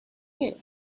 ill